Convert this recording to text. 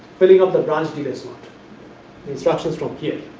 filling up the branch need as instructions from here,